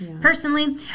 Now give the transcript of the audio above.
Personally